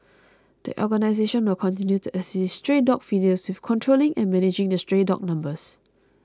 the organisation will continue to assist stray dog feeders with controlling and managing the stray dog numbers